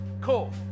Cool